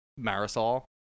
Marisol